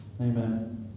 Amen